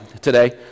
today